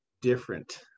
different